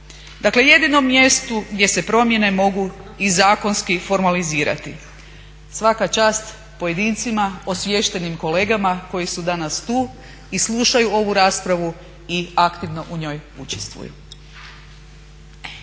dakle jedinom mjestu gdje se promjene mogu i zakonski formalizirati. Svaka čast pojedincima, osviještenim kolegama koji su danas tu i slušaju ovu raspravu i aktivno u njoj učestvuju.